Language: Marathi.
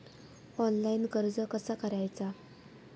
ऑनलाइन कर्ज कसा करायचा?